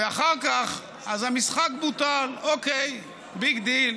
ואחר כך, אז המשחק בוטל, אוקיי, ביג דיל.